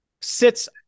sits